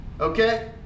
Okay